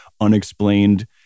unexplained